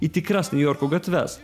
į tikras niujorko gatves